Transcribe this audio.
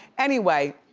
anyway,